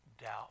doubt